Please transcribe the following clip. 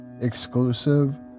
exclusive